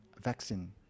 vaccine